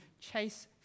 chase